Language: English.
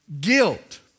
guilt